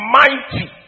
mighty